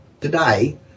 Today